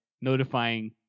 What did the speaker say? notifying